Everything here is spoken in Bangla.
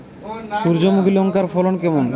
সূর্যমুখী লঙ্কার ফলন কেমন?